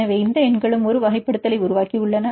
எனவே இந்த எண்களும் ஒரு வகைப்படுத்தலை உருவாக்கியுள்ளன